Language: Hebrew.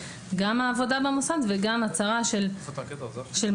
גם העבודה במוסד וגם הצהרה של מעסיק,